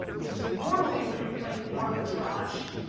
because normally when you're playing arbitrage,